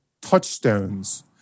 touchstones